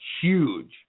huge